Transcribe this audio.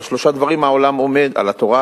על שלושה דברים העולם עומד: על התורה,